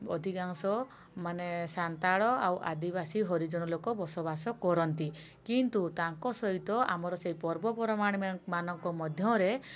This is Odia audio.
ଅଧିକାଂଶ ମାନେ ସାନ୍ତାଳ ଆଉ ଆଦିବାସୀ ହରିଜନ ଲୋକ ବସବାସ କରନ୍ତି କିନ୍ତୁ ତାଙ୍କ ସହିତ ଆମର ସେଇ ପର୍ବପର୍ବାଣୀମାନଙ୍କ ମଧ୍ୟରେ